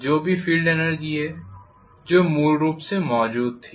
जो भी field energy है जो मूल रूप से मौजूद थी